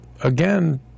again